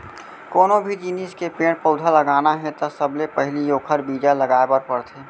कोनो भी जिनिस के पेड़ पउधा लगाना हे त सबले पहिली ओखर बीजा लगाए बर परथे